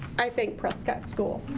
i thank prescott school.